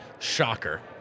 Shocker